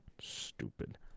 Stupid